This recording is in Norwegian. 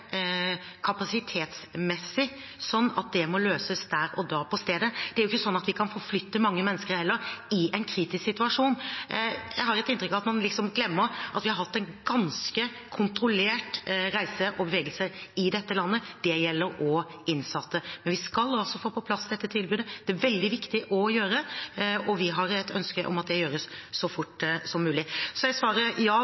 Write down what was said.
kapasitetsmessig sånn at det må løses der og da på stedet. Det er ikke sånn at vi kan forflytte mange mennesker i en kritisk situasjon heller. Jeg har et inntrykk av at man liksom glemmer at vi har hatt ganske kontrollert reise og bevegelse i dette landet. Det gjelder også innsatte. Men vi skal altså få på plass dette tilbudet. Det er veldig viktig å gjøre, og vi har et ønske om at det gjøres så fort som mulig. Svaret er ja,